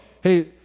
hey